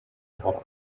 гарав